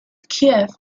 kiev